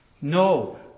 no